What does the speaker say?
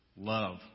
love